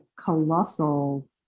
colossal